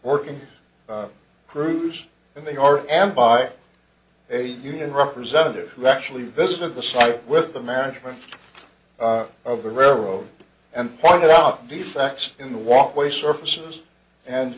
working crews and they are and by a union representative who actually visited the site with the management of the railroad and pointed out defects in the walkway surfaces and